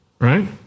Right